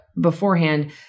beforehand